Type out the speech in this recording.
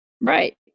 Right